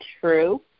true